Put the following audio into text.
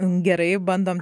gerai bandom